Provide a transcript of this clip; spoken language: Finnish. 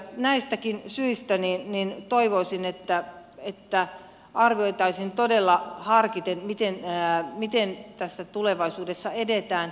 näistäkin syistä toivoisin että arvioitaisiin todella harkiten miten tässä tulevaisuudessa edetään